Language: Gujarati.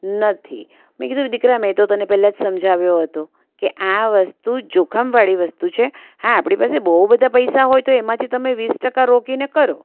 નથી મેં કીધું દીકરા મેં તો તને પહેલા જ સમજાવ્યો હતો કે આ વસ્તુ જોખમવાળી વસ્તુ છે હા આપણી પાસે બઉ બધા પૈસા હોય તો એમાંથી તમે વીસ ટકા પૈસા રોકીને કરો